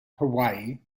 hawaii